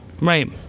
Right